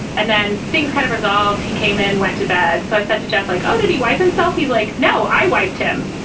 and then things kind of resolved. he came in, went to bed. so i said to jeff, like, oh, did he wipe himself? he's like, no, i wiped him.